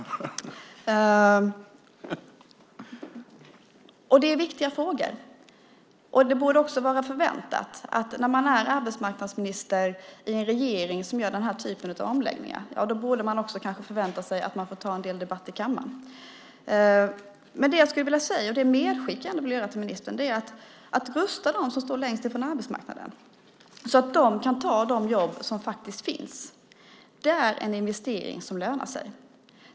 Detta är viktiga frågor. När man är arbetsmarknadsminister i en regering som gör denna typ av omläggningar borde man också kanske förvänta sig att man får ta en del debatter i kammaren. Det som jag skulle vilja säga till ministern är att man ska rusta dem som står längst från arbetsmarknaden så att de kan ta de jobb som faktiskt finns. Det är en investering som lönar sig.